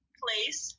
place